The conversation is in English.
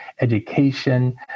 education